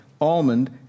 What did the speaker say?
almond